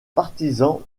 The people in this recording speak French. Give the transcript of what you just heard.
partisan